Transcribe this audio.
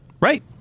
Right